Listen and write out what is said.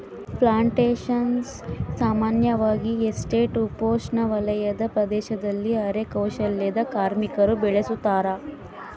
plantations ಸಾಮಾನ್ಯವಾಗಿ estate ಉಪೋಷ್ಣವಲಯದ ಪ್ರದೇಶದಲ್ಲಿ ಅರೆ ಕೌಶಲ್ಯದ ಕಾರ್ಮಿಕರು ಬೆಳುಸತಾರ